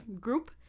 group